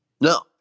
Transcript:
No